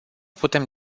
putem